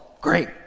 Great